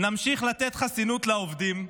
נמשיך לתת חסינות לעובדים,